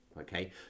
Okay